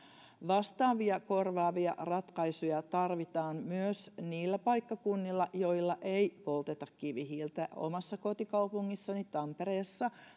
vastaavia korvaavia ratkaisuja tarvitaan myös niillä paikkakunnilla joilla ei polteta kivihiiltä omassa kotikaupungissani tampereella